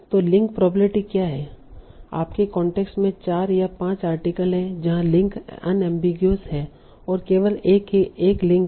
तो link probability क्या है आपके कांटेक्स्ट में चार या पाँच आर्टिकल हैं जहां लिंक अनएमबीगुइस है और केवल एक लिंक है